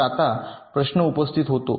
तर आता प्रश्न उपस्थित होतो